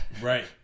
Right